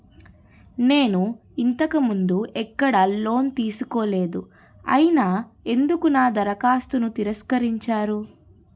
నేను ఇంతకు ముందు ఎక్కడ లోన్ తీసుకోలేదు అయినా ఎందుకు నా దరఖాస్తును తిరస్కరించారు?